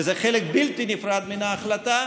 וזה חלק בלתי נפרד מההחלטה,